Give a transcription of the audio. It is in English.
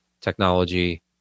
technology